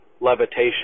levitation